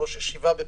ראש ישיבה בפומבדיתא: